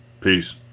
Peace